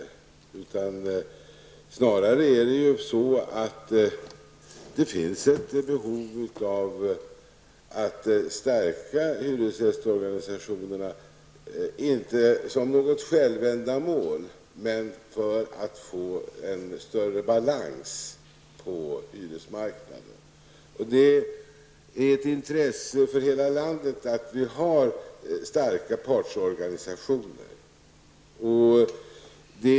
Det är snarare så att det finns ett behov att stärka hyresgästorganisationerna, inte som något självändamål utan för att få en större balans på hyresmarknaden. Det är ett intresse för hela landet att vi har starka partsorganisationer.